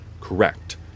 correct